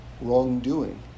wrongdoing